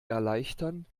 erleichtern